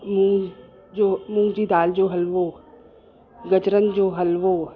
मुङ जो मुङ जी दाल जो हलवो गजरनि जो हलवो